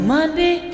Monday